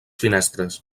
finestres